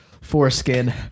foreskin